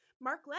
Mark